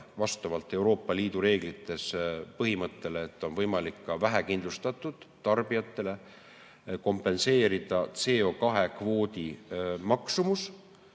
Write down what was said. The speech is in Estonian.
Vastavalt Euroopa Liidu reeglites ette nähtud põhimõttele on võimalik vähekindlustatud tarbijatele kompenseerida ka CO2kvoodi maksumus.